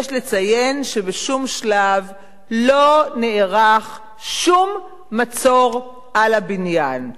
יש לציין שבשום שלב לא נערך שום מצור על הבניין,